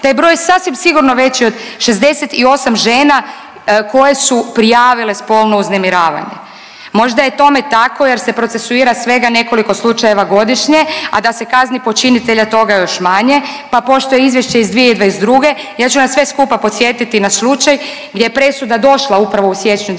je broj sasvim sigurno veći od 68 žena koje su prijavile spolno uznemiravanje. Možda je tome tako jer se procesuira svega nekoliko slučajeva godišnje, a da se kazni počinitelja toga još manje pa pošto je izvješće iz 2022. ja ću vas sve skupa podsjetiti na slučaj gdje je presuda došla upravo u siječnju 2022.